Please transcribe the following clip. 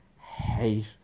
hate